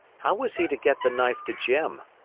how was he to get the knife to jim?